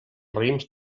raïms